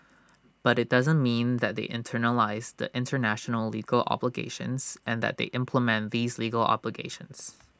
but IT doesn't mean that they internalise the International legal obligations and that they implement these legal obligations